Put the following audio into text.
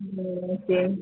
okay